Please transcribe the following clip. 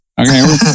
Okay